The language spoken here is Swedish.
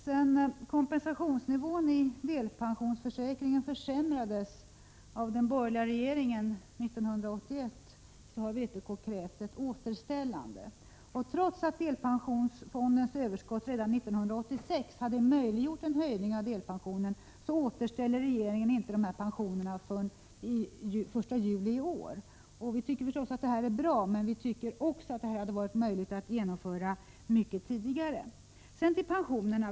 Sedan kompensationsnivån i delpensionsförsäkringen försämrades av den borgerliga regeringen 1981 har vpk krävt ett återställande. Trots att delpensionsfondens överskott redan 1986 hade möjliggjort en höjning av delpensionen återställer regeringen inte pensionerna förrän den 1 juli i år. Vi tycker förstås att det är bra, men vi anser att det hade varit möjligt att genomföra detta mycket tidigare. Så till pensionerna.